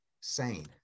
sane